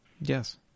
Yes